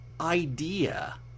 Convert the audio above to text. idea